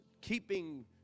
keeping